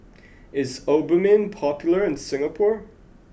is Obimin popular in Singapore